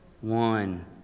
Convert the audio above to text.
one